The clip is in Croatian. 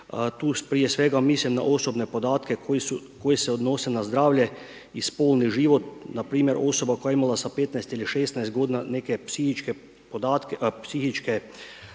Tu prije svega mislim na osobne podatke koji se odnose na zdravlje i spolni život npr. osoba koja je imala sa 15 ili 16 godina neke psihičke probleme ili